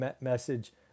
message